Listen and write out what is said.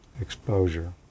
exposure